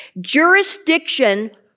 Jurisdiction